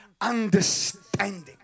understanding